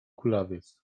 kulawiec